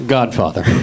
Godfather